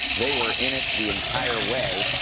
they were in it the entire way.